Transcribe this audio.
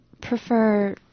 prefer